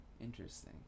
Interesting